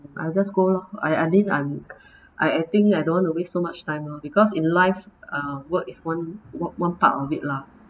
I just go lor I I mean I'm I I think I don't want to waste so much time lor because in life uh work is one one one part of it lah